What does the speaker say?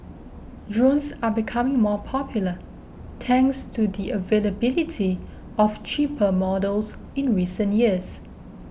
are becoming more popular thanks to the availability of cheaper models in recent years